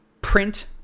print